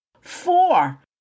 Four